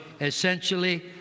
essentially